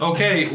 Okay